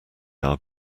are